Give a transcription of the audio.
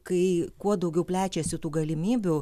kai kuo daugiau plečiasi tų galimybių